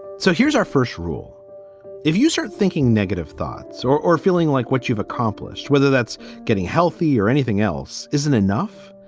so here's our first rule if you start thinking negative thoughts or or feeling like what you've accomplished, whether that's getting healthy or anything else isn't enough.